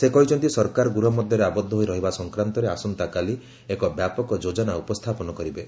ସେ କହିଛନ୍ତି ସରକାର ଗୃହ ମଧ୍ୟରେ ଆବଦ୍ଧ ହୋଇ ରହିବା ସଂକ୍ରାନ୍ତରେ ଆସନ୍ତାକାଲି ଏକ ବ୍ୟାପକ ଯୋଜନା ଉପସ୍ଥାପନ କରିବେ